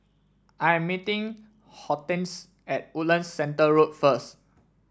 I am meeting Hortense at Woodlands Centre Road first